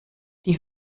die